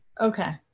okay